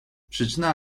przyczyna